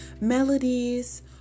melodies